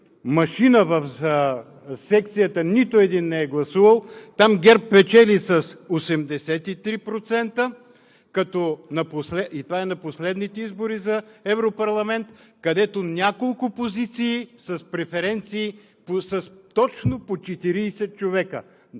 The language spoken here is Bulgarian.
машина за секцията нито един не е гласувал. Там ГЕРБ печели с 83% – това е на последните избори за Европарламент, където няколко позиции са с преференции с точно по 40 човека.